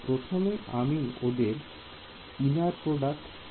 প্রথমে আমি ওদের ইনার প্রডাক্ট নিলাম